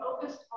focused